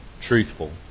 truthful